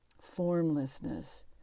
formlessness